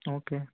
okay